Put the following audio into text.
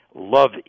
love